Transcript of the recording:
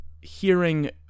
hearing